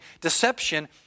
deception